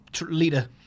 Leader